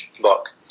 book